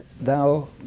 thou